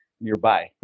nearby